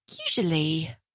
usually